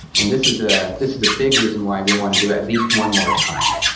and this is ah this is a big reason why we want to do it at least one more time.